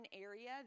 area